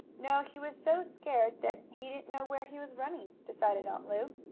no, he was so scared that he didn't know where he was running, decided aunt lu.